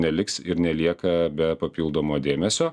neliks ir nelieka be papildomo dėmesio